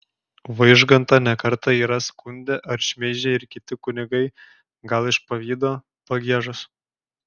vaižgantą ne kartą yra skundę ar šmeižę ir kiti kunigai gal iš pavydo pagiežos